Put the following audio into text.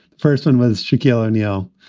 first one was shaquille o'neal.